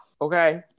okay